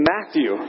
Matthew